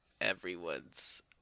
everyone's